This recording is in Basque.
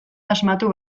asmatu